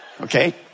Okay